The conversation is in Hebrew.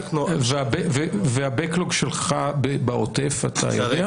וה- backlogשלך בעוטף, אתה יודע?